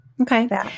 Okay